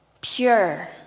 pure